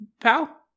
pal